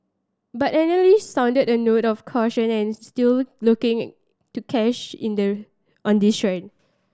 but analyst sounded a note of caution and still looking it to cash in there on this trend